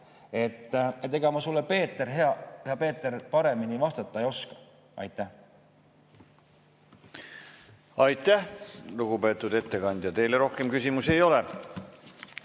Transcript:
Ega ma sulle, hea Peeter, paremini vastata ei oska. Aitäh, lugupeetud ettekandja! Teile rohkem küsimusi ei ole.